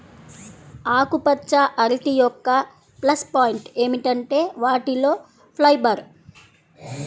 ఆకుపచ్చ అరటి యొక్క ప్లస్ పాయింట్ ఏమిటంటే వాటిలో ఫైబర్